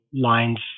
lines